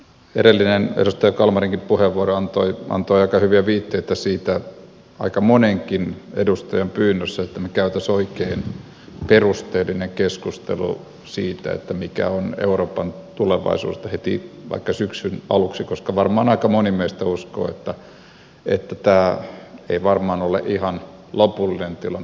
edellinen edustaja kalmarinkin puheenvuoro antoi aika hyviä viitteitä siitä aika monenkin edustajan pyynnöstä että me kävisimme oikein perusteellisen keskustelun siitä mikä on euroopan tulevaisuus heti vaikka syksyn aluksi koska varmaan aika moni meistä uskoo että tämä ei varmaan ole ihan lopullinen tilanne